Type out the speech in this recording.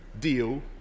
deal